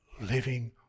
living